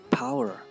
power